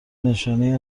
نشانهای